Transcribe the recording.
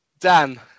Dan